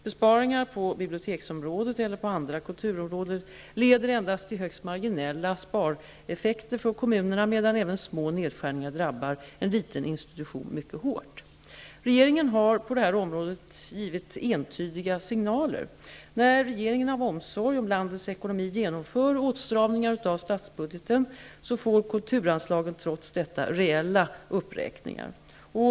Besparingar på biblioteksområdet eller på andra kulturområden leder endast till högst marginella spareffekter för kommunerna, medan även små nedskärningar drabbar en liten institution mycket hårt. Regeringen har på detta område givit entydiga signaler. När regeringen av omsorg om landets ekonomi genomför åtstramningar av statsbudgeten får kulturanslagen trots detta reella uppräkningar.